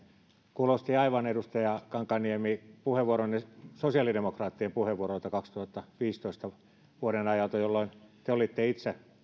kuulosti aivan edustaja kankaanniemi puheenvuoronne sosiaalidemokraattien puheenvuorolta vuonna kaksituhattaviisitoista jolloin te olitte itse